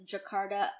Jakarta